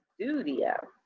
studio